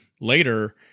later